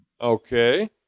Okay